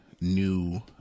new